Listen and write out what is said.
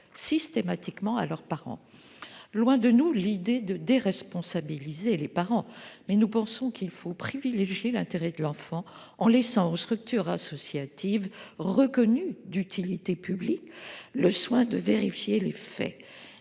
systématiquement à leurs parents. Loin de nous l'idée de déresponsabiliser les parents, mais nous pensons qu'il faut privilégier l'intérêt de l'enfant, en laissant aux structures associatives, reconnues d'utilité publique, le soin de vérifier les faits,